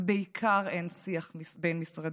ובעיקר אין שיח בין-משרדי,